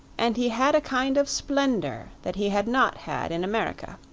and he had a kind of splendor that he had not had in america.